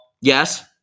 Yes